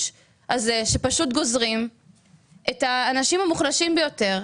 שפשוט גוזרים את דינם של האנשים המוחלשים האלה.